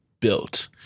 built